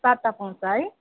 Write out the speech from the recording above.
सातवटा पाउँछ है